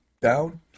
down